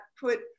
put